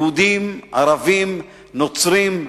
יהודים, ערבים, נוצרים,